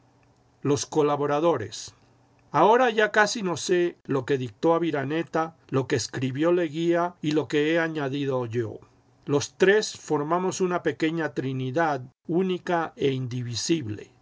los colaboradores ihora ya casi no sé lo que dictó aviraneta lo que escribió leguía y lo que he añadido yo los tres formamos una pequeña trinidad única e indivisible